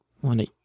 one